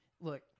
Look